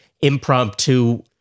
impromptu